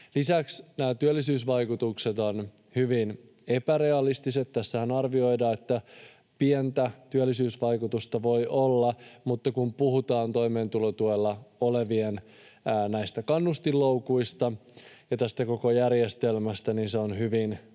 Lisäksi nämä työllisyysvaikutukset ovat hyvin epärealistiset. Tässähän arvioidaan, että pientä työllisyysvaikutusta voi olla, mutta kun puhutaan näistä toimeentulotuella olevien kannustinloukuista ja tästä koko järjestelmästä, niin se on hyvin haasteellista.